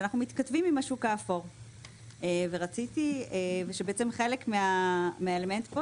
שאנחנו מתכתבים עם השוק האפור ושבעצם חלק מהאלמנט פה